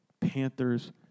Panthers